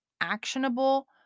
actionable